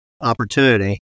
opportunity